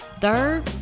Third